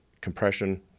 compression